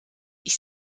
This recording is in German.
ich